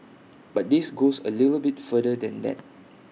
but this goes A little bit further than that